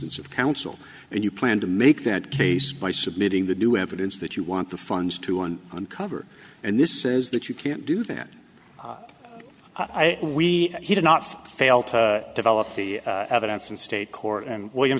instance of counsel and you plan to make that case by submitting the new evidence that you want the funds to and uncover and this is that you can't do that we he did not fail to develop the evidence and state court and william